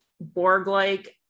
Borg-like